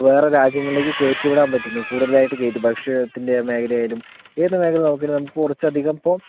വേറെ രാജ്യങ്ങളിലേക്ക് കയറ്റി വിടാൻ പറ്റുന്നു കൂടുതലായിട്ട് കയറ്റി വിടാൻ ഭക്ഷ്യത്തിൻ്റെ മേഖലയായാലും ഏത് മേഖല നോക്കുകയാണെങ്കിലും നമുക്ക് കുറച്ച് അധികം ഇപ്പോൾ